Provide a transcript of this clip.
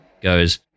goes